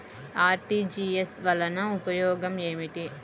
RTGS వలన ఉపయోగం ఏమిటీ?